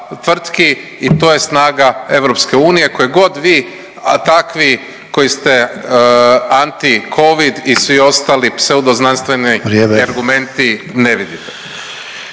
tvrtki i to je snaga EU, koje god vi takvi koji ste anticovid i svi ostali pseudoznanstveni argumenti ne vidite.